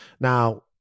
Now